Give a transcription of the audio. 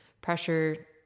pressure